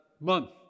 month